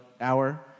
hour